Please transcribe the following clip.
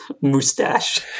mustache